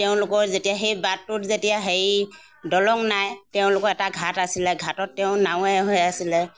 তেওঁলোকৰ যেতিয়া সেই বাটটোত যেতিয়া সেই দলং নাই তেওঁলোকৰ এটা ঘাট আছিলে ঘাটত তেওঁ নাৱৰীয়া হৈ আছিলে